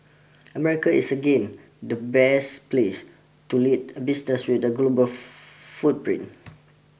America is again the best place to lead a business with a global footprint